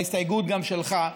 ההסתייגות היא גם שלך.